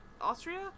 Austria